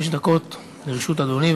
חמש דקות לרשות אדוני.